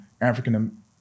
african